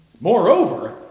Moreover